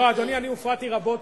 לא, אדוני, אני הופרעתי רבות